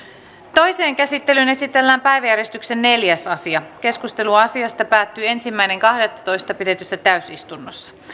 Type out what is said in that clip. toiseen käsittelyyn esitellään päiväjärjestyksen neljäs asia keskustelu asiasta päättyi ensimmäinen kahdettatoista kaksituhattaviisitoista pidetyssä täysistunnossa